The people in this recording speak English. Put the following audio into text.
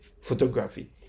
photography